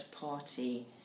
party